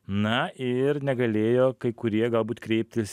na ir negalėjo kai kurie galbūt kreiptis